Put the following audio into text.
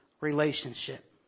relationship